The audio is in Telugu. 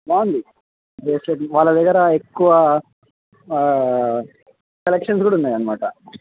బాగుంది బ్రేస్లయిట్ వాళ్ళ దగ్గర ఎక్కువ కలక్షన్స్ కూడా ఉన్నాయి అనమాట